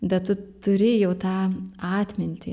bet tu turi jau tą atmintį